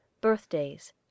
Birthdays